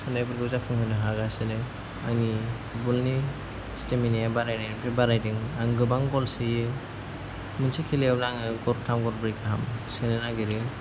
साननायफोरखौ जाफुंहोनो हागासिनो आंनि फुटबलनि स्टेमिनाया बारायनायनिफ्राय बारायदों आं गोबां गल सोयो मोनसे खेलायावनो आं गरथाम गरब्रै गाहाम सोनो नागेरो